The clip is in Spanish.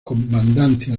comandancia